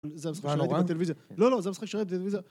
זה המשחק שראיתי בטלוויזיה. לא, לא, זה המשחק שראיתי בטלוויזיה.